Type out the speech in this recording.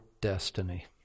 destiny